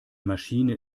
maschine